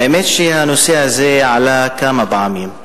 האמת, הנושא הזה עלה כמה פעמים.